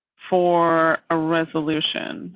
for a resolution